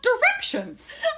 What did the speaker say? directions